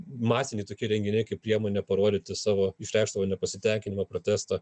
masiniai tokie renginiai kaip priemonė parodyti savo išreikšdavo nepasitenkinimą protesto